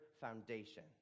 foundation